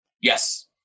Yes